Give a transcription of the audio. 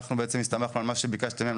אנחנו בעצם הסתמכנו על מה שביקשתם מהם,